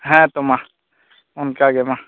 ᱦᱮᱸ ᱛᱚ ᱢᱟ ᱚᱱᱠᱟ ᱜᱮ ᱢᱟ